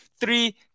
Three